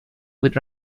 with